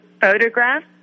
photograph